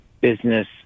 business